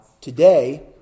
today